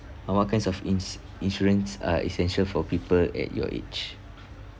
uh what kinds of ins~ insurance are essential for people at your age